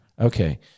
Okay